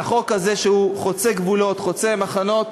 שהחוק הזה, שהוא חוצה גבולות, חוצה מחנות,